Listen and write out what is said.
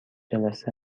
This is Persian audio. جلسه